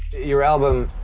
your album